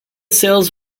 sales